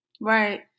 right